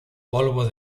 polvo